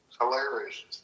Hilarious